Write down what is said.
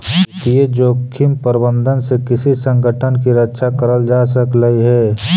वित्तीय जोखिम प्रबंधन से किसी संगठन की रक्षा करल जा सकलई हे